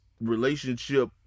relationship